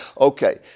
Okay